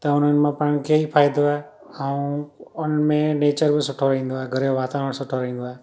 त उन्हनि मां पाण खे ई फ़ाइदो आहे ऐं उनमें नेचर बि सुठो रहंदो आहे घर जो वातावरण सुठा रहंदो आहे